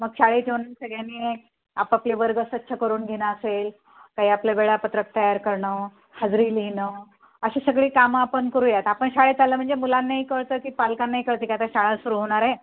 मग शाळेत येऊन सगळ्यांनी आपापले वर्ग स्वच्छ करून घेणं असेल काही आपल्या वेळापत्रक तयार करणं हजेरी लिहिणं अशी सगळी कामं आपण करूयात आपण शाळेत आलं म्हणजे मुलांनाही कळतं की पालकांनाही कळतं की आता शाळा सुरू होणार आहे